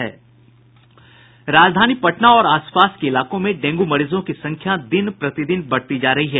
राजधानी पटना और आस पास के इलाकों में डेंगू मरीजों की संख्या दिन प्रतिदिन बढ़ती जा रही है